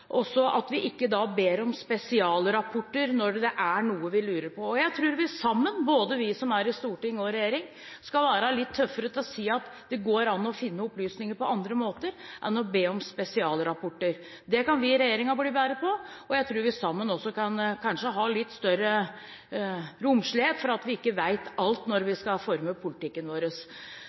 at vi ikke da ber om spesialrapporter når det er noe vi lurer på. Jeg tror at både vi som er i storting, og vi som er i regjering, skal bli litt tøffere til å si at det går an å finne opplysninger på andre måter enn å be om spesialrapporter. Det kan vi i regjeringen blir bedre på, og jeg tror vi sammen også kanskje kan ha litt større romslighet for at vi ikke vet alt når vi skal forme politikken vår.